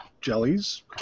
jellies